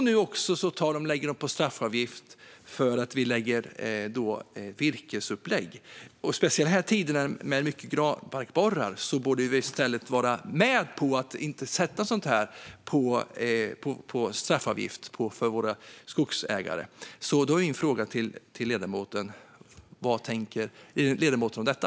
Nu lägger de också på en straffavgift för att vi lägger upp virke. Speciellt i dessa tider med mycket granbarkborrar borde vi inte lägga en straffavgift på våra skogsägare för sådant här. Då är min fråga till ledamoten: Vad tänker ledamoten om detta?